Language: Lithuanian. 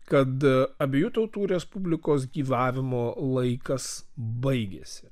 kad abiejų tautų respublikos gyvavimo laikas baigėsi